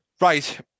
Right